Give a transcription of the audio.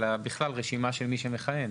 אלא בכלל רשימה של מי שמכהן.